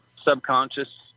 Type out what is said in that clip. subconscious